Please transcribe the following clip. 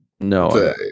No